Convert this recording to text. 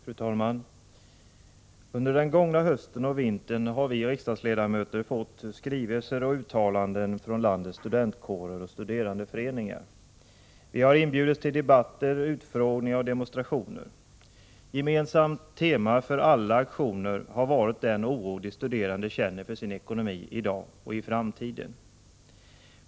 Fru talman! Under den gångna hösten och vintern har vi riksdagsledamöter fått skrivelser och uttalanden från landets studentkårer och studerandeföreningar. Vi har inbjudits till debatter, utfrågningar och demonstrationer. Gemensamt tema för alla aktioner har varit den oro de studerande känner för sin ekonomi i dag och i framtiden.